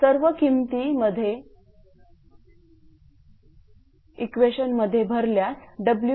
सर्व किमती इक्वेशनमध्ये भरल्यास We1